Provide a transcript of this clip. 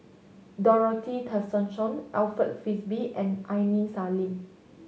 Dorothy Tessensohn Alfred Frisby and Aini Salim